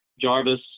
Jarvis